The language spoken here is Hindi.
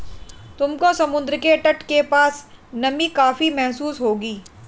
तुमको समुद्र के तट के पास नमी काफी महसूस होगी